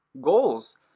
goals